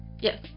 Yes